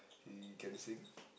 he can sing